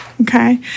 Okay